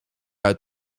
uit